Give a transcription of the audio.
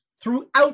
throughout